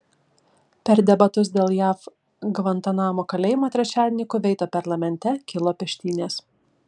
per debatus dėl jav gvantanamo kalėjimo trečiadienį kuveito parlamente kilo peštynės